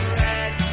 red